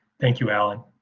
thank you, allen.